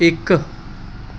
ਇੱਕ